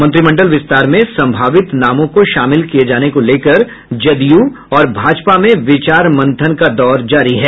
मंत्रिमंडल विस्तार में सम्भावित नामों को शामिल किये जाने को लेकर जदयू और भाजपा में विचार मंथन का दौर जारी है